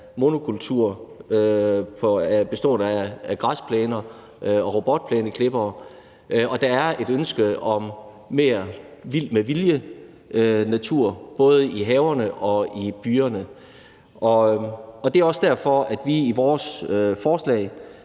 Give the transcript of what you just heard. monokultur bestående af græsplæner og robotplæneklippere. Og der er et ønske om mere vild med vilje-natur både i haverne og i byerne. Det er også derfor, at vi i vores